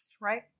Right